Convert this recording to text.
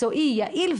מקצועי ויעיל,